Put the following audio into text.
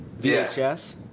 VHS